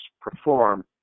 perform